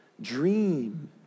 dream